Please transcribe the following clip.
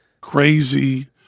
crazy